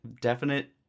definite